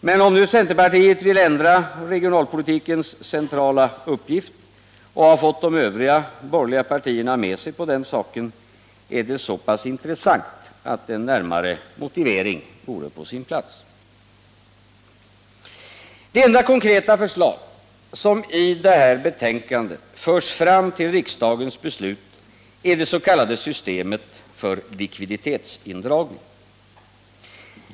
Men om nu centerpartiet vill ändra regionalpolitikens centrala uppgift och har fått de övriga borgerliga partierna med sig om det, är det så pass intressant att en närmare motivering vore på sin plats. Det enda konkreta förslag som i det här betänkandet förs fram till riksdagens beslut är det s.k. systemet för likviditetsindragning.